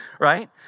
right